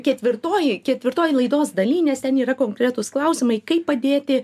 ketvirtoj ketvirtoj laidos daly nes ten yra konkretūs klausimai kaip padėti